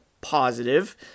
positive